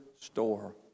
store